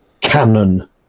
canon